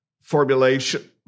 formulation